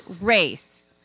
race